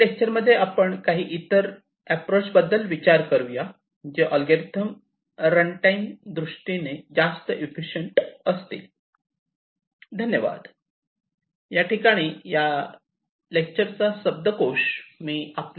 lecture मध्ये आपण इतर काही अॅप्रोच बद्दल विचार करूया जे अल्गोरिदम रन टाईम त्यादृष्टीने जास्त इफिसिएंट असतील